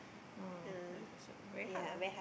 no deficit very hard lah